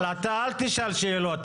אבל אתה אל תשאל שאלות.